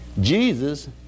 Jesus